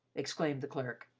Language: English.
exclaimed the clerk.